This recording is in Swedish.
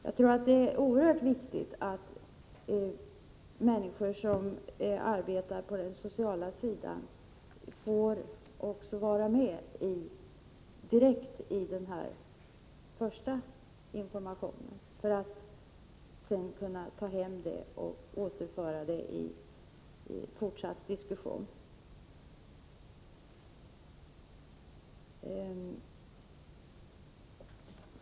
Jag tror att det är oerhört viktigt att människor som arbetar på det sociala området också direkt får vara med när den första informationen ges för att sedan hemma i kommunen kunna använda den informationen i den fortsatta diskussionen.